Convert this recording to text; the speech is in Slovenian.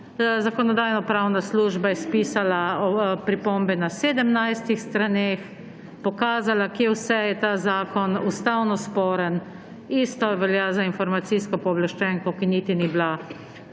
Zakonodajno-pravna služba je spisala pripombe na 17 straneh, pokazala, kje vse je ta zakon ustavno sporen, isto velja za informacijsko pooblaščenko, ki niti ni bila